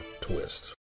Twist